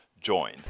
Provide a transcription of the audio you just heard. join